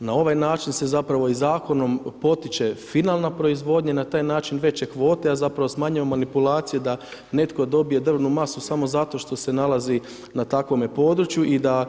Na ovaj način se zapravo i zakonom potiče finalna proizvodnja, na taj način veće kvote, a zapravo smanjuje manipulacije da netko dobije drvnu masu samo zato jer se nalazi na takvome području i da